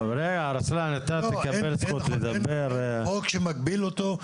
אין חוק שמגביל אותו.